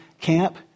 Camp